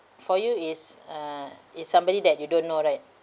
for you it's uh it's somebody that you don't know right